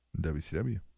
WCW